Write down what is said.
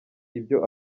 ibyo